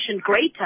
greater